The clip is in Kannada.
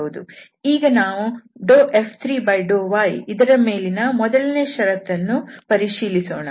ಈಗ ನಾವು F3∂yಇದರ ಮೇಲಿನ ಮೊದಲನೆಯ ಷರತ್ತನ್ನು ಪರಿಶೀಲಿಸೋಣ